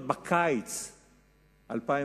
עוד בקיץ 2008,